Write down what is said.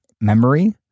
memory